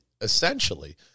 essentially